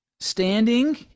Standing